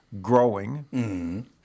growing